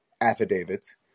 affidavits